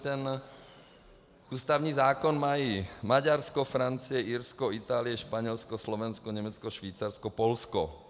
Ten ústavní zákon mají Maďarsko, Francie, Irsko, Itálie, Španělsko, Slovensko, Německo, Švýcarsko, Polsko.